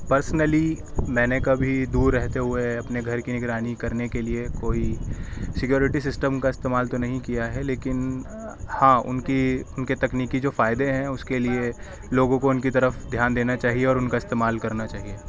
personally میں نے کبھی دور رہتے ہوئے اپنے گھر کی نگرانی کرنے کے لئے کوئی سکیورٹی سسٹم کا استعمال تو نہیں کیا ہے لیکن ہاں اُن کی اُن کے تکنیکی جو فائدے ہیں اُس کے لئے لوگوں کو اُن کی طرف دھیان دینا چاہیے اور اُن کا ستعمال کرنا چاہیے